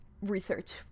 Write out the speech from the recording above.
research